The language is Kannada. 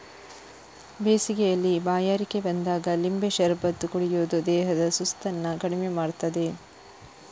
ಬೇಸಿಗೆಯಲ್ಲಿ ಬಾಯಾರಿಕೆ ಬಂದಾಗ ಲಿಂಬೆ ಶರಬತ್ತು ಕುಡಿಯುದು ದೇಹದ ಸುಸ್ತನ್ನ ಕಮ್ಮಿ ಮಾಡ್ತದೆ